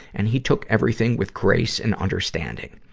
and he took everything with grace and understanding.